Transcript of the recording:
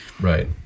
Right